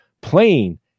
playing